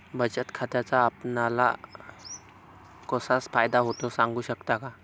बचत खात्याचा आपणाला कसा फायदा होतो? सांगू शकता का?